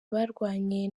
barwanye